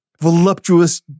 voluptuous